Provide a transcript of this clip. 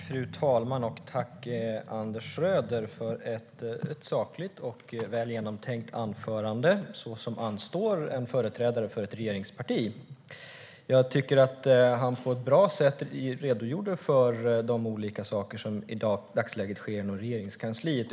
Fru talman! Tack, Anders Schröder, för ett sakligt och väl genomtänkt anförande, såsom anstår en företrädare för ett regeringsparti! Jag tycker att Anders Schröder på ett bra sätt redogjorde för de olika saker som i dagsläget sker inom Regeringskansliet.